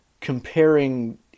comparing